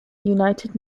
united